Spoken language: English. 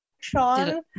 Sean